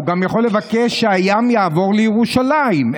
הוא גם יכול לבקש שהים יעבור לירושלים,